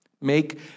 Make